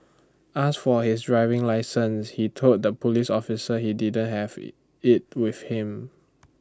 asked for his driving licence he told the Police officer he didn't have IT with him